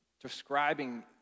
describing